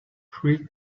three